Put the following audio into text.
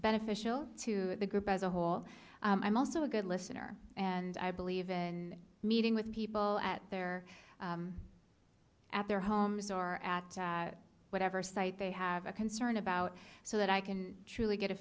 beneficial to the group as a whole i'm also a good listener and i believe in meeting with people at their at their homes are at whatever site they have a concern about so that i can truly get a